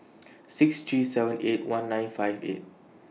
six three seven eight one nine five eight